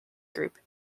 group